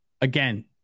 Again